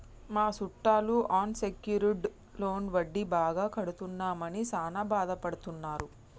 మా సుట్టాలు unsecured loan వడ్డీ బాగా కడుతున్నామని సాన బాదపడుతున్నారు